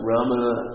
Ramana